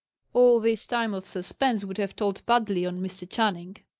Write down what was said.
all this time of suspense would have told badly on mr. channing.